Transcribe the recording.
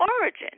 origin